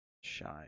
shine